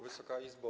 Wysoka Izbo!